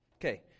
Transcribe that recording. Okay